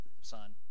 son